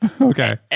Okay